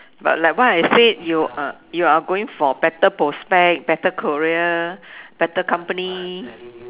but like what I said you uh you are going for better prospect better career better company